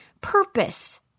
purpose